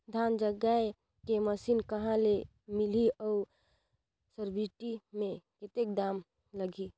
धान जगाय के मशीन कहा ले मिलही अउ सब्सिडी मे कतेक दाम लगही?